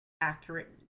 accurate